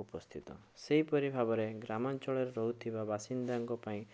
ଉପସ୍ଥିତ ସେହିପରି ଗ୍ରାମରେ ଗ୍ରାମାଞ୍ଚଳରେ ରହୁଥିବା ବାସିନ୍ଧାଙ୍କ ପାଇଁ